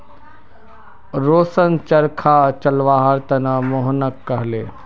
रोशन चरखा चलव्वार त न मोहनक कहले